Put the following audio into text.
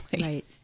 Right